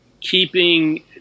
keeping